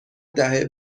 دهه